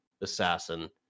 assassin